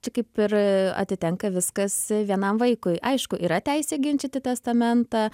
čia kaip ir atitenka viskas vienam vaikui aišku yra teisė ginčyti testamentą